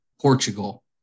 Portugal